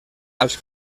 als